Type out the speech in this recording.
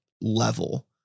level